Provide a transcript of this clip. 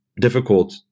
difficult